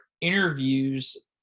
interviews